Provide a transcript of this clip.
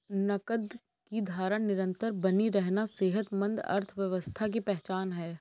नकद की धारा निरंतर बनी रहना सेहतमंद अर्थव्यवस्था की पहचान है